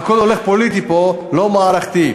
והכול פוליטי פה ולא מערכתי.